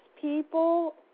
people